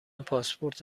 پاسپورت